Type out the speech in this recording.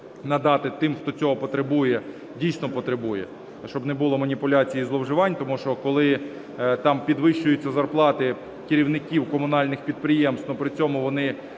надати тим, хто цього потребує, дійсно потребує, щоб не було маніпуляцій і зловживань, тому що коли там підвищуються зарплати керівників комунальних підприємств, але при цьому вони